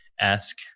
ask